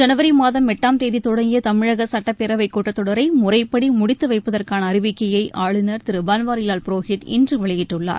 ஜனவரிமாதம் தேதிதொடங்கியதமிழகசட்டப்பேரவைகூட்டத்தொடரைமுறைப்படி கடந்த முடித்துவைப்பதற்கானஅறிவிக்கையைஆளுநர் திருபன்வாரிலால் புரோஹித் இன்றுவெளியிட்டுள்ளார்